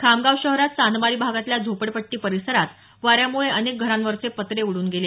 खामगाव शहरात चांदमारी भागातल्या झोपडपट्टी परिसरात वाऱ्यामुळे अनेक घरावरचे पत्रे उड्रन गेले